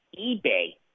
eBay